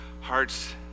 hearts